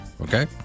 Okay